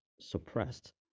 suppressed